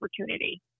opportunity